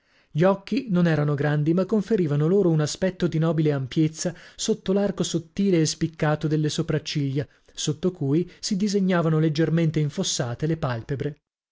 gli occhi non erano grandi ma conferiva loro un aspetto di nobile ampiezza sotto l'arco sottile e spiccato delle sopracciglia sotto cui si disegnavano leggermente infossate le palpebre